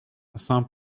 saint